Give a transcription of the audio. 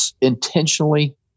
intentionally